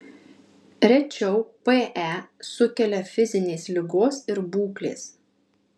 rečiau pe sukelia fizinės ligos ir būklės